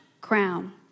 crown